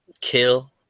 Kill